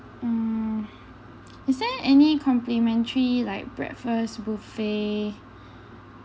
uh is there any complimentary like breakfast buffet